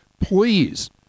Please